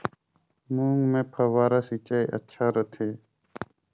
मूंग मे फव्वारा सिंचाई अच्छा रथे?